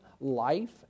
life